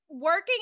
working